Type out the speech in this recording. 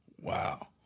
Wow